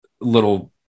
little